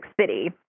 City